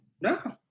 No